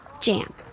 jam